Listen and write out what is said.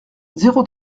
zéro